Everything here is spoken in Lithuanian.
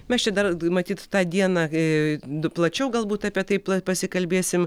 mes čia dar matyt tą dieną plačiau galbūt apie tai pasikalbėsim